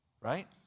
right